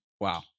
Wow